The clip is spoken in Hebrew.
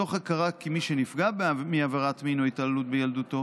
מתוך הכרה כי למי שנפגע מעבירת מין או התעללות בילדותו